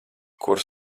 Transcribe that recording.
kur